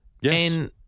Yes